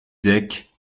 deck